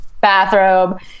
bathrobe